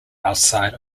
outside